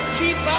keep